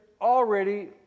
already